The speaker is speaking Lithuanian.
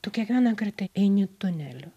tu kiekvieną kartą eini tuneliu